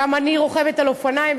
גם אני רוכבת על אופניים,